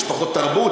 יש פחות תרבות,